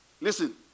Listen